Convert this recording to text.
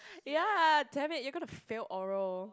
ya dammit you're going to fail oral